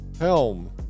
Helm